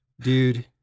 Dude